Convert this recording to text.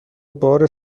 بار